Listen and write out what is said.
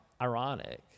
ironic